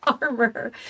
armor